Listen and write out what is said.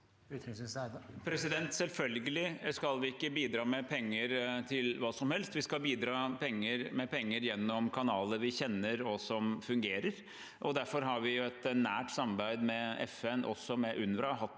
Selvfølgelig skal vi ikke bidra med penger til hva som helst. Vi skal bidra med penger gjennom kanaler vi kjenner, og som fungerer. Derfor har vi et nært samarbeid med FN, også